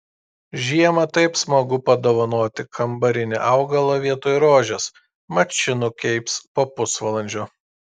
žiemą taip smagu padovanoti kambarinį augalą vietoj rožės mat ši nukeips po pusvalandžio